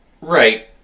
Right